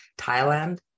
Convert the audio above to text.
Thailand